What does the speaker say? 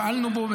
פעלנו בו,